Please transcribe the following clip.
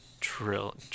trill